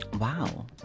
Wow